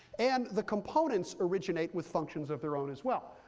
and the components originate with functions of their own as well.